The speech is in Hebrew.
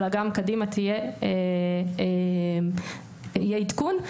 אלא גם קדימה יהיה עדכון.